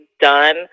done